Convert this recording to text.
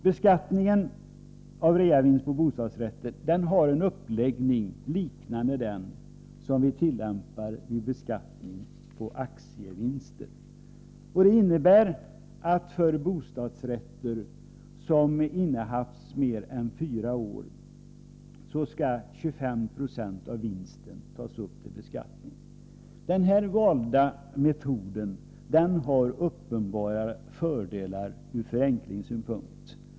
Beskattningen av reavinster på bostadsrätter har en uppläggning liknande den som vi tillämpar vid beskattning av aktievinster. Det innebär att för bostadsrätter, som innehafts mer än fyra år, skall 25 96 av vinsten tas upp till beskattning. Den här metoden, som alltså valdes, har uppenbara fördelar ur förenklingssynpunkt.